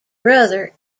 brother